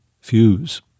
Fuse